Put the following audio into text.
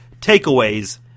takeaways